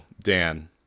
Dan